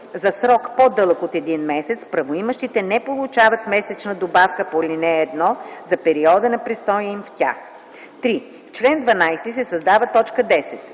за срок, по-дълъг от един месец, правоимащите не получават месечна добавка по ал. 1 за периода на престоя им в тях.” 3. В чл. 12 се създава т. 10: